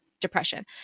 depression